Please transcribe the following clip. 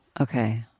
okay